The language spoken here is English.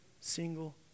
single